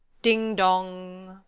ding, dong!